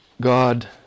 God